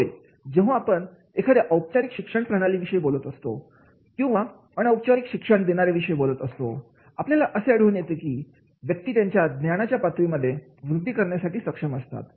होय जेव्हा आपण एखाद्या औपचारिक शिक्षण प्रणाली विषयी बोलत असतो किंवा अनौपचारिक शिक्षण देणारे विषयी बोलत असतो आपल्याला असे आढळून येते की व्यक्ती त्यांच्या ज्ञानाच्या पातळीमध्ये वृद्धि करण्यासाठी सक्षम असतात